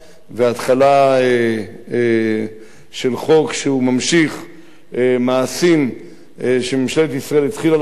התחלה של חוק שממשיך מעשים שממשלת ישראל התחילה לעשות,